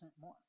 more